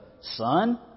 Son